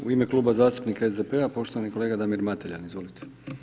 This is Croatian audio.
U ime kluba zastupnika SDP-a poštovani kolega Damir Mateljan, izvolite.